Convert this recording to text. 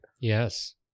Yes